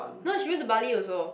no she went to Bali also